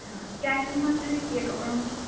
ہاں کیا قیمت ہے یہ کپڑوں کی